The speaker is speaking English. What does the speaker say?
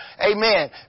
Amen